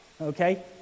okay